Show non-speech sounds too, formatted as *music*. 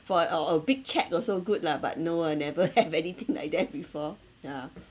for a or a big check also good lah but no ah never have *laughs* anything like that before yeah